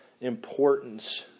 importance